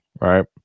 right